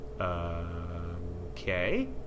Okay